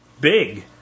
big